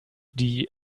die